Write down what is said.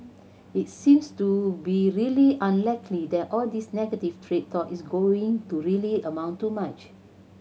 it seems to be really unlikely that all this negative trade talk is going to really amount to much